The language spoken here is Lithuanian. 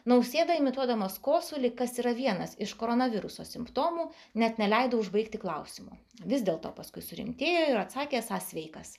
nausėda imituodamas kosulį kas yra vienas iš koronaviruso simptomų net neleido užbaigti klausimo vis dėl to paskui surimtėjo ir atsakė esąs sveikas